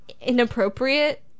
inappropriate